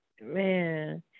man